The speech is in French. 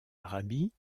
arabie